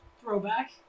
throwback